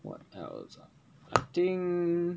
what else ah I think